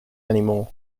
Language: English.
anymore